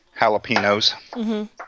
jalapenos